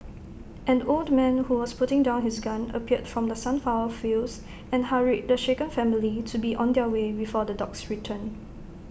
an old man who was putting down his gun appeared from the sunflower fields and hurried the shaken family to be on their way before the dogs return